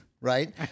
right